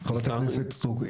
חברת הכנסת סטרוק,